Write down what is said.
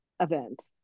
event